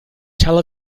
tel